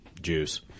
juice